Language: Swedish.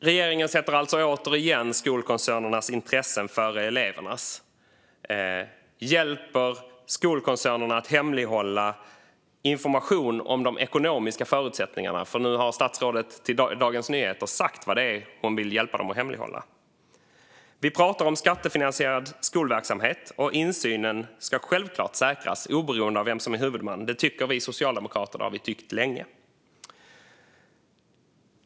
Regeringen sätter alltså återigen skolkoncernernas intressen före elevernas och hjälper skolkoncernerna att hemlighålla information om de ekonomiska förutsättningarna - för nu har statsrådet till Dagens Nyheter sagt vad det är hon vill hjälpa dem att hemlighålla. Vi pratar om skattefinansierad skolverksamhet, och insynen ska självklart säkras oberoende av vem som är huvudman. Det tycker vi socialdemokrater, och det har vi tyckt länge.